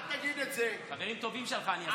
אתה יודע מי אלה, החברים הכי טובים שלך.